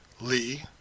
Lee